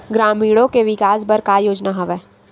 ग्रामीणों के विकास बर का योजना हवय?